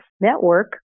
network